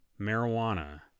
marijuana